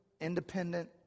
independent